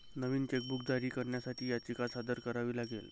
नवीन chequebook जारी करण्यासाठी याचिका सादर करावी लागेल